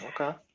Okay